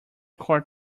court